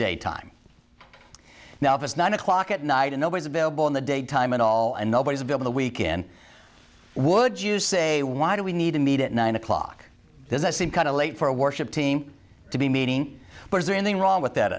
day time now if it's nine o'clock at night and nobody's available in the daytime at all and nobody's a bit over the weekend would you say why do we need to meet at nine o'clock there's a scene kind of late for a worship team to be meeting but is there anything wrong with that